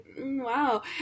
wow